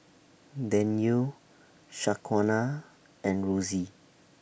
Danyel Shaquana and Rosy